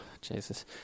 Jesus